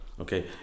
Okay